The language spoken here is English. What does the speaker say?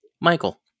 Michael